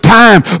time